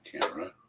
camera